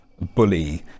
bully